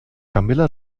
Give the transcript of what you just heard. camilla